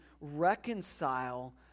reconcile